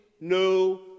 no